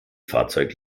fahrzeug